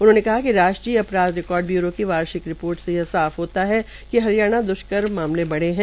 उन्होंने कहा कि राष्ट्रीय अपराध रिकार्ड ब्यूरो की वार्षिक रिपोर्ट से यह साफ होता है कि हरियाणा द्षकर्म मामले बढ़े है